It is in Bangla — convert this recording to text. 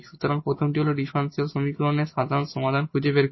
সুতরাং প্রথমটি হল এই ডিফারেনশিয়াল সমীকরণের সাধারণ সমাধান খুঁজে বের করা